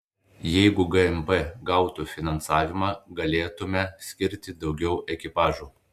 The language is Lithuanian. jeigu gmp gautų finansavimą galėtumėme skirti daugiau ekipažų